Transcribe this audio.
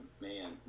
man